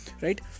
right